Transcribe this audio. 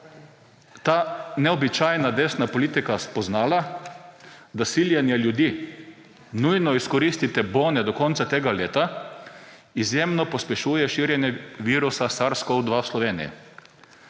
ta neobičajna desna politika spoznala, da siljenje ljudi – nujno izkoristite bone do konca tega leta – izjemno pospešuje širjenje virusa SARS-CoV-2 v Sloveniji.